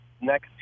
next